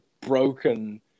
broken